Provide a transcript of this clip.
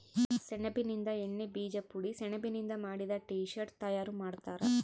ಸೆಣಬಿನಿಂದ ಎಣ್ಣೆ ಬೀಜ ಪುಡಿ ಸೆಣಬಿನಿಂದ ಮಾಡಿದ ಟೀ ಶರ್ಟ್ ತಯಾರು ಮಾಡ್ತಾರ